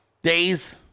Days